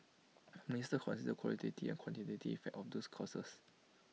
the minister considered the qualitative and quantitative effects of these clauses